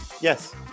Yes